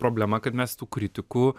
problema kad mes tų kritikų